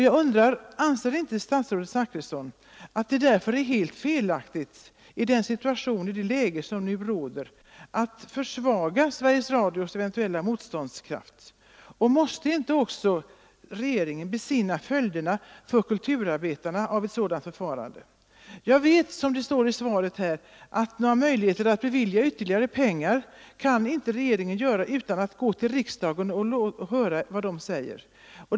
Jag undrar därför: Anser inte statsrådet Zachrisson att det i den situation och i det läge som nu råder är helt felaktigt att försvaga Sveriges Radios eventuella motståndskraft, och måste inte också regeringen besinna följderna för kulturarbetarna av ett sådant förfarande? Jag vet att — som det står i svaret — regeringen inte har några möjligheter att bevilja ytterligare medel utan riksdagens hörande.